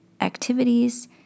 activities